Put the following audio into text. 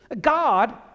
God